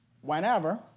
Whenever